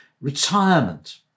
Retirement